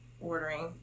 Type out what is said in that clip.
ordering